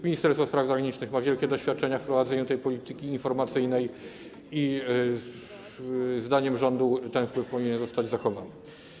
Ministerstwo Spraw Zagranicznych ma wielkie doświadczenie w prowadzeniu tej polityki informacyjnej i zdaniem rządu ten wpływ powinien zostać zachowany.